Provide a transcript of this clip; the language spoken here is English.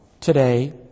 today